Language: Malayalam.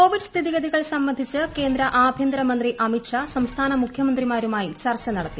കോവിഡ് സ്ഥിതിഗതികൾ സംബന്ധിച്ച് കേന്ദ്ര ആഭ്യന്തര മന്ത്രി അമിത്ഷാ സംസ്ഥാന മുഖ്യമന്ത്രിമാരുമായി ചർച്ച നടത്തി